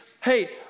Hey